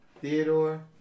Theodore